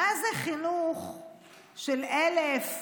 מה זה חינוך של 1,000,